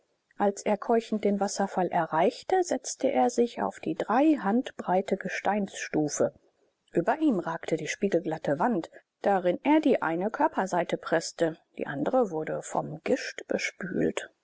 als er keuchend den wasserfall erreichte setzte er sich auf die drei hand breite gesteinsstufe über ihm ragte die spiegelglatte wand daran er die eine körperseite preßte die andere wurde vom gischt bespült